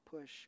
push